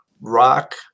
rock